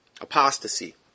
apostasy